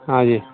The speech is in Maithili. हाँ जी